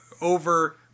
over